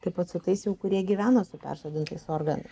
taip pat su tais jau kurie gyvena su persodintais organais